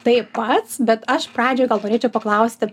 tai pats bet aš pradžiai gal norėčiau paklausti